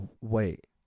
wait